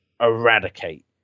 eradicate